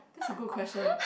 that's a good question